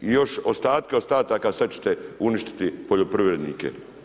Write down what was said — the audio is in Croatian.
I još ostatke ostataka, sad ćete uništiti poljoprivrednike.